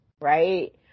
Right